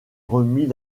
remit